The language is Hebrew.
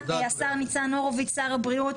השר ניצן הורוביץ שר הבריאות,